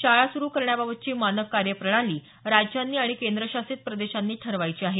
शाळा सुरु करण्याबाबतची मानक कार्यप्रणाली राज्यांनी आणि केंद्रशासित प्रदेशांनी ठरवायची आहे